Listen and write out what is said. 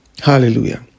Hallelujah